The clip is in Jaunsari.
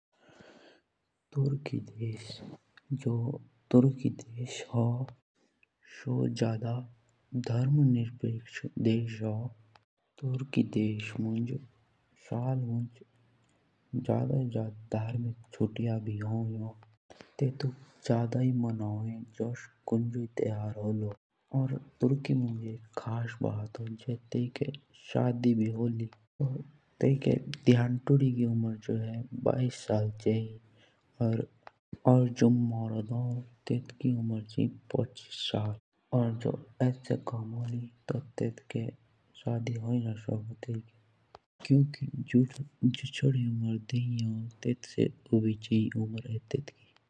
जुस तुर्की देश होन सो एक धर्म निरपेक्ष देश होन। तुर्की मुँज जादा तर साल मुँज धार्मिक छुटिया होन। जुस कौंजोई त्योहार हू तो तेर्को भी छुटी पड़ु तेजिके होन। और तुर्की मुँज एक खास बात ओ जिब तेजिके झोझोडा भी होन तो तेजिके धियंतोडी की उमर बैश साल छ्रिये और जो मर्द होन तो तेसकी उमर छैये पच्चीस साल।